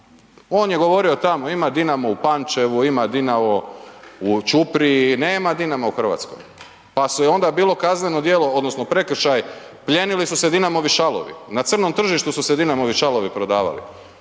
on je govorio tamo, ima Dinamo u Pančevu, ima Dinamo u Ćupriji, nema Dinama u Hrvatskoj pa su onda, bilo kazneno djelo odnosno prekršaj, plijenili su se Dinamovi šalovi, na crnom tržištu su se Dinamovu šalovi prodavali,